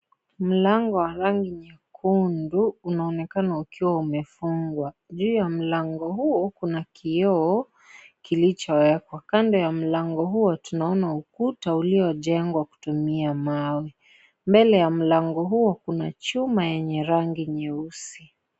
Mlango wa rangi nyekundu unaonekana ukiwa umefungwa. Juu ya mlango huo kuna kioo kilichowekwa. Kando ya mlango huo tunaona ukuta uliojengwa kutumia mawe. Mbele ya mlango huo kuna chuma yenye rangi nyeusi.